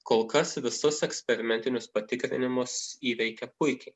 kol kas visus eksperimentinius patikrinimus įveikė puikiai